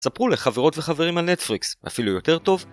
ספרו לחברות וחברים על נטפליקס, אפילו יותר טוב.